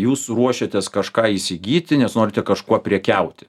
jūs ruošiatės kažką įsigyti nes norite kažkuo prekiauti